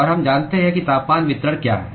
और हम जानते हैं कि तापमान वितरण क्या है